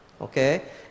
Okay